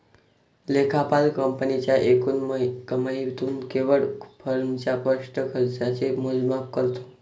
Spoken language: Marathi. लेखापाल कंपनीच्या एकूण कमाईतून केवळ फर्मच्या स्पष्ट खर्चाचे मोजमाप करतो